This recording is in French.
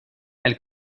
elle